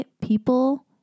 people